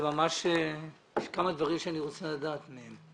יש כמה דברים שאני רוצה לדעת מהם.